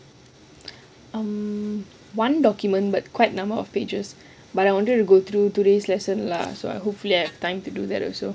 um one document but quite a number of pages but I wanted to go through today lesson lah so hopefully I have time to do that also